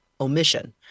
omission